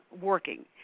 working